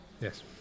Yes